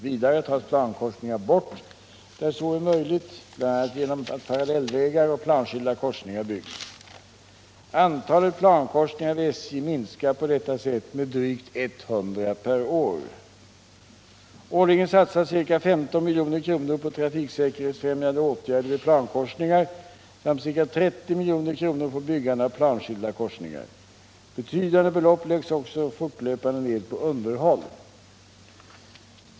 Vidare tas plankorsningar bort där så är möjligt bl.a. genom att parallellvägar och planskilda korsningar byggs. Antalet plankorsningar vid SJ minskar på detta sätt med drygt 100 per år. Årligen satsas ca 15 milj.kr. på trafiksäkerhetsfrämjande åtgärder vid plankorsningar samt ca 30 milj.kr. på byggande av planskilda korsningar. Betydande belopp läggs också fortlöpande ned på underhåll.